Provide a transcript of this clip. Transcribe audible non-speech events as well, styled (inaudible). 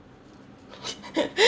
(laughs)